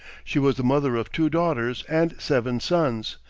she was the mother of two daughters and seven sons,